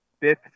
Fifth